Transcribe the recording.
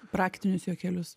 praktinius juokelius